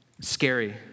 scary